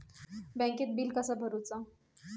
बँकेत बिल कसा भरुचा?